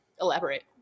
Elaborate